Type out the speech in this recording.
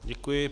Děkuji.